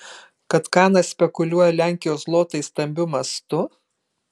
kad kanas spekuliuoja lenkijos zlotais stambiu mastu